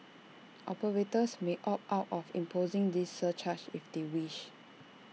operators may opt out of imposing this surcharge if they wish